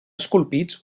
esculpits